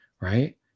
right